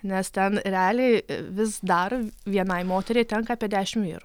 nes ten realiai vis dar vienai moteriai tenka apie dešim vyrų